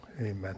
Amen